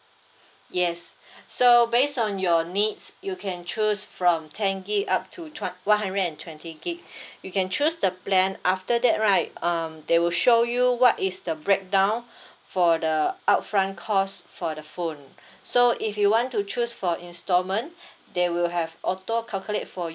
yes so based on your needs you can choose from ten gig up to tw~ one hundred and twenty gig you can choose the plan after that right um they will show you what is the breakdown for the up front cost for the phone so if you want to choose for instalment there will have auto calculate for you